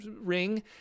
ring